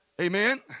Amen